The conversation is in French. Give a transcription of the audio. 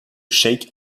cheikh